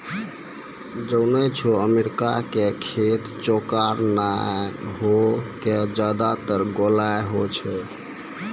जानै छौ अमेरिका के खेत चौकोर नाय होय कॅ ज्यादातर गोल होय छै